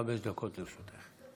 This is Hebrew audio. חמש דקות לרשותך.